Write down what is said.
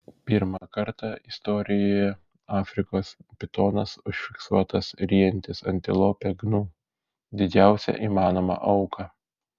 pirmą kartą istorijoje afrikos pitonas užfiksuotas ryjantis antilopę gnu didžiausią įmanomą auką